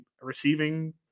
receiving